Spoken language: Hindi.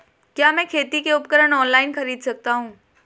क्या मैं खेती के उपकरण ऑनलाइन खरीद सकता हूँ?